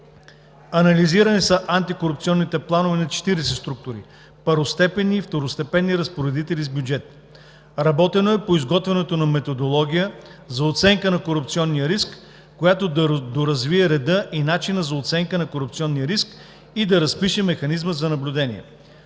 Анализирани са антикорупционните планове на 40 структури – първостепенни и второстепенни разпоредители с бюджет. Работено е по изготвянето на Методология за оценка на корупционния риск, която да доразвие реда и начина за оценка на корупционния риск и да разпише механизма за наблюдение.